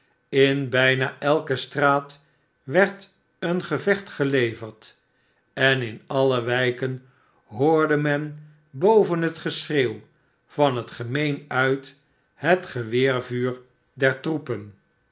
in bijna elke straat werd een gevecht geleverd en in alle wijken hoorde men boven het geschreeuw van het gemeen uit het geweervuur der troepen